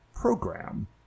program